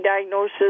diagnosis